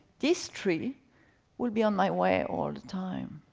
this tree would be on my way all the time.